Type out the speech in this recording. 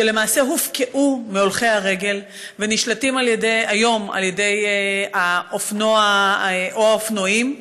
שלמעשה הופקעו מהולכי הרגל ונשלטים היום על ידי האופנוע או האופנועים,